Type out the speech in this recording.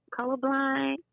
Colorblind